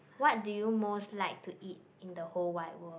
what do you most like to eat in the whole wide world